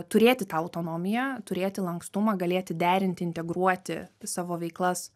turėti tą autonomiją turėti lankstumą galėti derinti integruoti savo veiklas